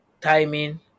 timing